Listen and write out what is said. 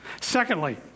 Secondly